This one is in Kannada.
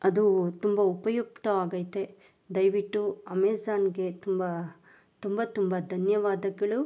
ಅದು ತುಂಬ ಉಪಯುಕ್ತವಾಗೈತೆ ದಯವಿಟ್ಟು ಅಮೆಝಾನಿಗೆ ತುಂಬ ತುಂಬ ತುಂಬ ಧನ್ಯವಾದಗಳು